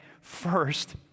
First